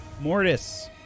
Mortis